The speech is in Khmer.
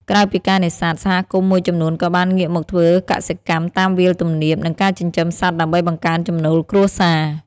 ក្រៅពីការនេសាទ សហគមន៍មួយចំនួនក៏បានងាកមកធ្វើកសិកម្មតាមវាលទំនាប និងការចិញ្ចឹមសត្វដើម្បីបង្កើនចំណូលគ្រួសារ។